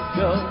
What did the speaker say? go